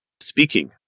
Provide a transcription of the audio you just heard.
speaking